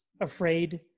afraid